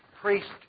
priest